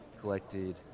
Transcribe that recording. collected